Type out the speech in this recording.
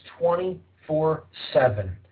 24-7